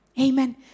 Amen